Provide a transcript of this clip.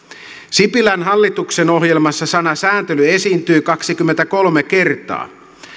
sipilän hallituksen ohjelmassa sana sääntely esiintyy kaksikymmentäkolme kertaa